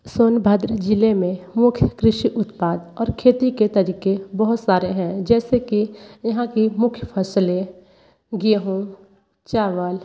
सोनभद्र ज़िले में मुख कृषि उत्पाद और खेती के तरीक़े बहुत सारे हैं जैसे कि यहाँ की मुख्य फ़सलें गेहूं चावल